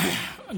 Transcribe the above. יחימוביץ.